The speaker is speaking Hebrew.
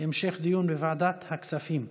להמשך דיון בוועדת הכספים.